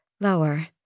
lower